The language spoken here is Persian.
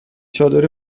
چادری